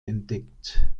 entdeckt